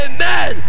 Amen